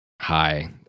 hi